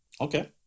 Okay